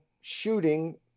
shooting